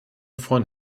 von